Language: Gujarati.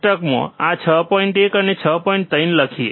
3 લખીએ